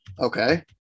okay